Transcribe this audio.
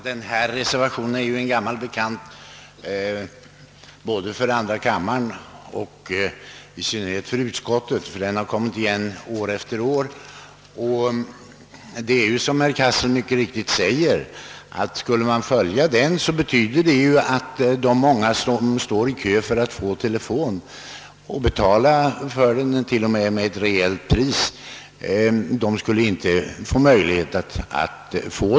Herr talman! Denna reservation är en gammal bekant både för andra kammaren och, i synnerhet, för utskottet; den har gått igen år efter år. Herr Cassel säger mycket riktigt att om man följde reservationen, skulle det betyda att de många som står i kö för att få telefon — och även för att få betala ett rejält pris för den — inte skulle kunna få någon alls.